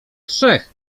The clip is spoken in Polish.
trzech